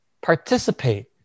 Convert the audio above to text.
participate